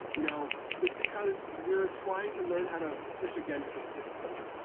you know it's because we're trying to learn how to push against the system,